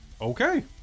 Okay